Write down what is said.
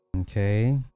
Okay